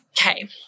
Okay